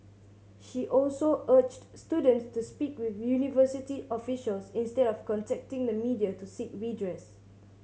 she also urged students to speak with university officials instead of contacting the media to seek redress